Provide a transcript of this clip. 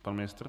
Pan ministr.